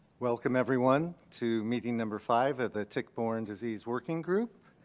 welcome everyone to meeting number five of the tick-borne disease working group.